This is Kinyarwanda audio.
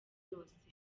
yose